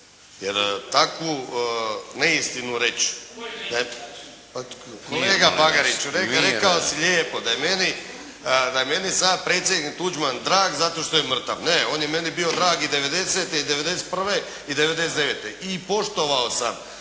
Koju neistinu?/… Pa kolega Bagarić, rekao si lijepo da je meni, da je meni sada predsjednik Tuđman drag zato što je mrtav. Ne, on je meni bio drag i 90.-te i 91. i 99. I poštovao sam